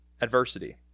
adversity